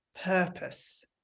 purpose